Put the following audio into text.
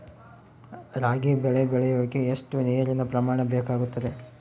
ರಾಗಿ ಬೆಳೆ ಬೆಳೆಯೋಕೆ ಎಷ್ಟು ನೇರಿನ ಪ್ರಮಾಣ ಬೇಕಾಗುತ್ತದೆ?